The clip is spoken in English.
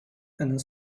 and